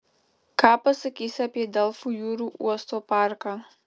ką pasakysi apie delfų jūrų uosto parką